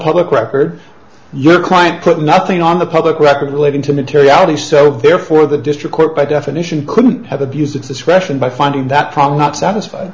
public record your client put nothing on the public record relating to materiality so therefore the district court by definition couldn't have abused its discretion by finding that problem not satisfied